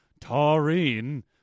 Taurine